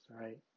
right